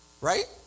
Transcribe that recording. right